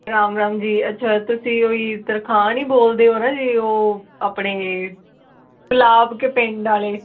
ਰਾਮ ਰਾਮ ਜੀ ਅੱਛਾ ਤੁਸੀਂ ਉਹਹੀ ਤਰਖਾਣ ਹੀ ਬੋਲਦੇ ਹੋ ਨਾ ਜੀ ਉਹ ਆਪਣੇ ਲਾਭ ਕੇ ਪਿੰਡ ਵਾਲੇ